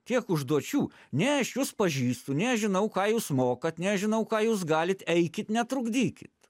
tiek užduočių nei aš jus pažįstu nei aš žinau ką jūs mokat nei aš žinau ką jūs galit eikit netrukdykit